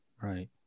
Right